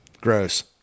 Gross